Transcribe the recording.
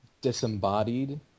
disembodied